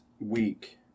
week